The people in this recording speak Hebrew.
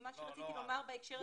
לא רק.